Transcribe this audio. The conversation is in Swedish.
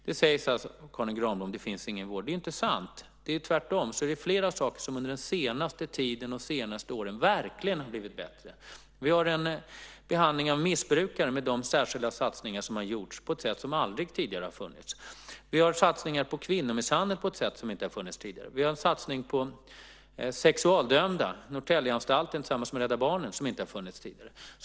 Karin Granbom säger att det inte finns någon vård. Det är inte sant. Tvärtom är det flera saker som under den senaste tiden, och de senaste åren, verkligen har blivit bättre. Vi har en behandling av missbrukare med de särskilda satsningar som har gjorts på ett sätt som aldrig tidigare har funnits. Vi har satsningar när det gäller kvinnomisshandel på ett sätt som inte har funnits tidigare. Vi har en satsning på sexualdömda på Norrtäljeanstalten tillsammans med Rädda Barnen som inte har funnits tidigare.